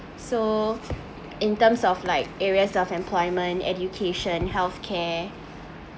so in terms of like areas of employment education health care